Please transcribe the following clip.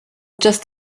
just